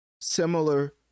similar